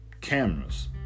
Cameras